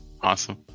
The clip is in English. awesome